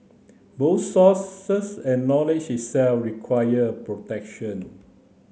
both sources and knowledge itself require protection